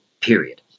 period